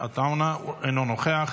אינו נוכח.